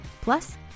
Plus